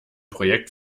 projekt